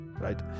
right